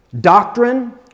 doctrine